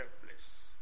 helpless